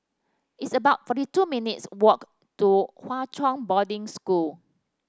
it's about forty two minutes walk to Hwa Chong Boarding School